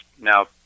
now